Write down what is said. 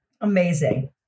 Amazing